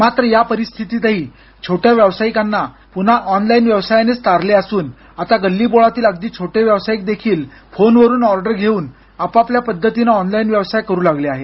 मात्र या परिस्थितीतही छोट्या व्यावसायिकांना पुन्हा ऑनलाईन व्यवसायानेच तारले असून आता गल्ली बोळातील अगदी छोटे व्यावसायिक देखील फोनवरून ऑर्डर घेऊन आपापल्या पद्धतीनं ऑनलाईन व्यवसाय करू लागले आहेत